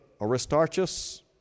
Aristarchus